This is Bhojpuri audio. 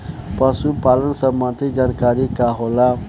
पशु पालन संबंधी जानकारी का होला?